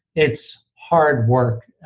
it's hard work.